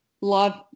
love